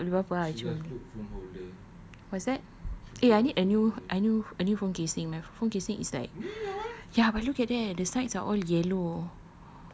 so means tadi you tak beli apa-apa ah cuma beli what's that eh I need a new a new a new phone casing my phone casing is like ya but look at that the sides are all yellow